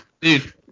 Dude